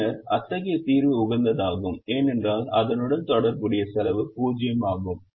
பின்னர் அத்தகைய தீர்வு உகந்ததாகும் ஏனென்றால் அதனுடன் தொடர்புடைய செலவு 0 ஆகும்